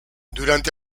durante